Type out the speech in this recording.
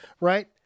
right